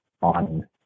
on